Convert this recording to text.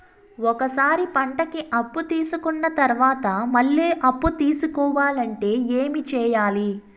ఒక సారి పంటకి అప్పు తీసుకున్న తర్వాత మళ్ళీ అప్పు తీసుకోవాలంటే ఏమి చేయాలి?